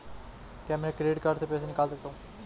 क्या मैं credit card से पैसे निकाल सकता हूँ?